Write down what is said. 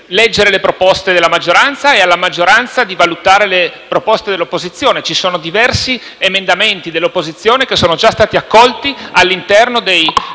leggere le proposte della maggioranza e alla maggioranza di valutare le proposte dell'opposizione. Diversi emendamenti dell'opposizione sono già stati accolti, all'interno dei